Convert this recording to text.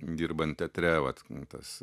dirbant teatre vat tas